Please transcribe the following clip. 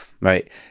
right